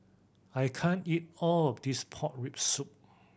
I can't eat all of this pork rib soup